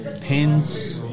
Pins